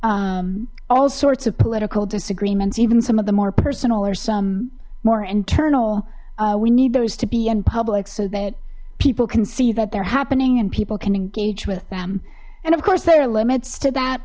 have all sorts of political disagreements even some of the more personal or some more internal we need those to be in public so that people can see that they're happening and people can engage with them and of course there are limits to that